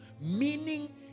meaning